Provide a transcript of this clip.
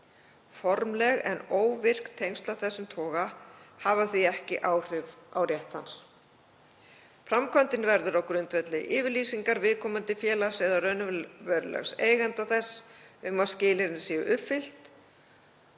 Formleg en óvirk tengsl af þessum toga hafa því ekki áhrif á rétt hans. Framkvæmdin verður á grundvelli yfirlýsingar viðkomandi félags eða raunverulegs eiganda þess um að skilyrðin séu uppfyllt.